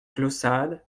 clausade